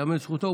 ייאמר לזכותו,